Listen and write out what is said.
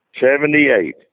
Seventy-eight